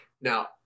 now